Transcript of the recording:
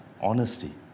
honesty